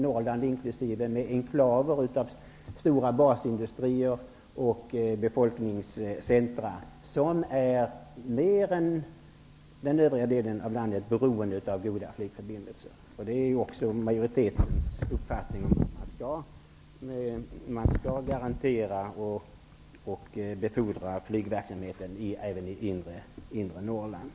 Norrland finns enklaver av stora basindustrier och befolkningscentrum, som mer än den södra delen av landet är beroende av goda flygförbindelser. Det är också majoritetens uppfattning att man skall garantera och betona flygverksamhetens betydelse även i det inre Norrland.